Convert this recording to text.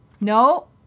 No